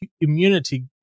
immunity